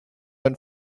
run